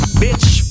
bitch